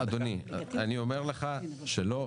אדוני אני אומר לך שלא,